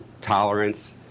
Tolerance